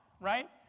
right